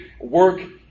work